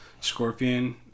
scorpion